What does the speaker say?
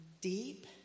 Deep